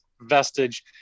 vestige